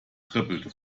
trippelte